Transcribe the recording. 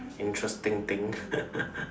interesting thing